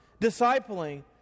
discipling